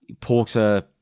Porter